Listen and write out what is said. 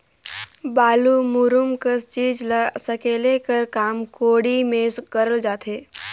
बालू, मूरूम कस चीज ल सकेले कर काम कोड़ी मे करल जाथे